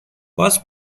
باز